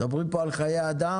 אנחנו מדברים כאן על חיי אדם,